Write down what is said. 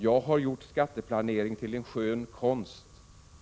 ——— Jag har gjort skatteplanering till en skön konst.